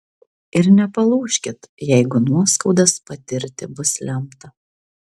ir nepalūžkit jeigu nuoskaudas patirti bus lemta